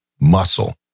muscle